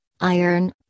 iron